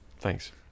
thanks